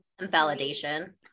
validation